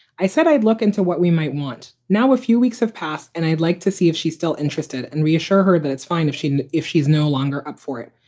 i said i'd look into what we might want. now, a few weeks have passed and i'd like to see if she's still interested and reassure her that it's fine if she if she's no longer up for it.